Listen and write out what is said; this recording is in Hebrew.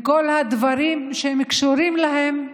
מכל הדברים שהן קשורות אליהם,